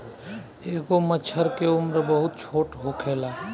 एगो मछर के उम्र बहुत छोट होखेला